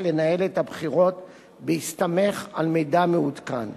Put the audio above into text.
לנהל את הבחירות בהסתמך על מידע מעודכן.